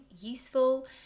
useful